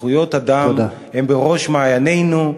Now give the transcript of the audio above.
זכויות אדם הן בראש מעיינינו,